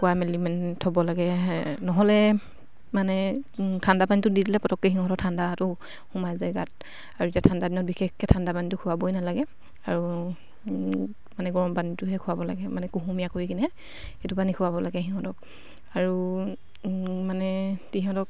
খোৱা মেলি মেলি থ'ব লাগে নহ'লে মানে ঠাণ্ডাপানীটো দি দিলে পটককৈ সিহঁতক ঠাণ্ডাটো সোমাই যায় গাত আৰু এতিয়া ঠাণ্ডা দিনত বিশেষকৈ ঠাণ্ডাপানীটো খোৱাবই নালাগে আৰু মানে গৰমপানীটোহে খোৱাব লাগে মানে কুহুমীয়া কৰি কিনে সেইটো পানী খোৱাব লাগে সিহঁতক আৰু মানে তিহঁতক